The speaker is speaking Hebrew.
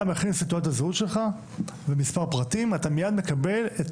אתה מכניס את תעודת הזהות שלך ומספר פרטים ואתה מיד מקבל את